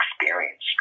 experience